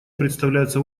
представляются